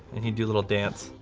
and he'd do a little dance.